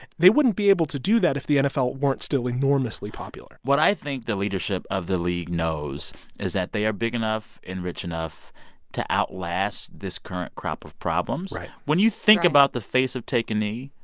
they wouldn't be able to do that if the nfl weren't still enormously popular what i think the leadership of the league knows is that they are big enough and rich enough to outlast this current crop of problems right when you think about. right. the face of take a knee,